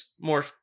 more